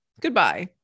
Goodbye